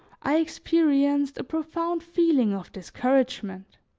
i experienced a profound feeling of discouragement.